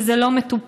וזה לא מטופל.